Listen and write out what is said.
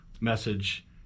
message